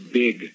big